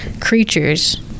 creatures